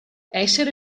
essere